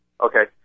Okay